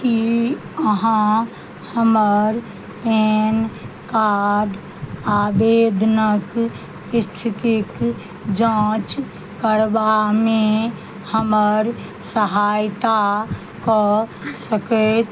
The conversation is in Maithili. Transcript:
की अहाँ हमर पेन कार्ड आवेदनक स्थितिक जाँच करबामे हमर सहायता कऽ सकैत